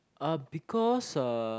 uh because uh